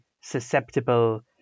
susceptible